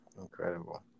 Incredible